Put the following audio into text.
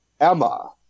Emma